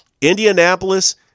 Indianapolis